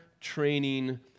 training